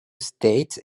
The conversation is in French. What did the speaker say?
state